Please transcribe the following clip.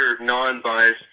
non-biased